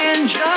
Enjoy